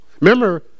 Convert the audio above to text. Remember